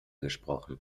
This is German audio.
gesprochen